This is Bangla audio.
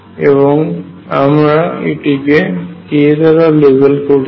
এবং আমরা এটিকে k দ্বারা লেবেল করছি